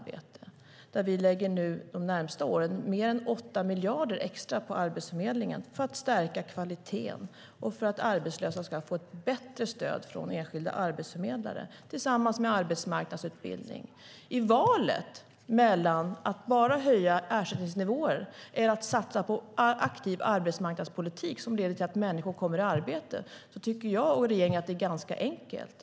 De närmaste åren lägger vi mer än 8 miljarder extra på Arbetsförmedlingen för att stärka kvaliteten och för att arbetslösa ska få ett bättre stöd från enskilda arbetsförmedlare - detta tillsammans med arbetsmarknadsutbildning. Valet mellan att bara höja ersättningsnivåer och att satsa på en aktiv arbetsmarknadspolitik som leder till att människor kommer i arbete tycker jag och regeringen är ganska enkelt.